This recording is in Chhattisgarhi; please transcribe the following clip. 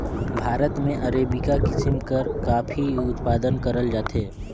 भारत में अरेबिका किसिम कर काफी उत्पादन करल जाथे